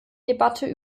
debatte